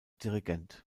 dirigent